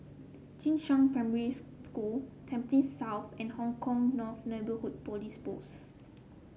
Jing Shan Primary School Tampines South and Hong Kah North Neighbourhood Police Post